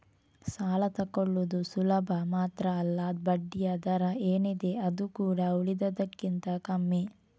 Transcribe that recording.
ಸಾಲ ತಕ್ಕೊಳ್ಳುದು ಸುಲಭ ಮಾತ್ರ ಅಲ್ಲ ಬಡ್ಡಿಯ ದರ ಏನಿದೆ ಅದು ಕೂಡಾ ಉಳಿದದಕ್ಕಿಂತ ಕಮ್ಮಿ